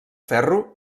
ferro